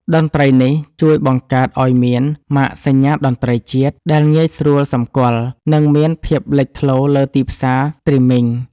តន្ត្រីនេះជួយបង្កើតឱ្យមាន ម៉ាកសញ្ញាតន្ត្រីជាតិ ដែលងាយស្រួលសម្គាល់ និងមានភាពលេចធ្លោលើទីផ្សារស្ទ្រីមមីង។